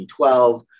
2012